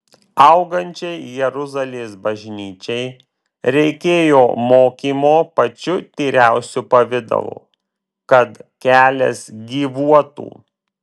augančiai jeruzalės bažnyčiai reikėjo mokymo pačiu tyriausiu pavidalu kad kelias gyvuotų